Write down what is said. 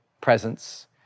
presence